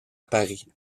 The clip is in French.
paris